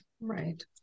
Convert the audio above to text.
right